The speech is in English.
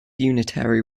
unitary